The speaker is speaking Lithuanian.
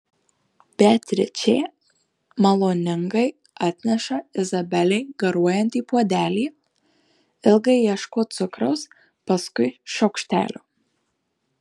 beatričė maloningai atneša izabelei garuojantį puodelį ilgai ieško cukraus paskui šaukštelio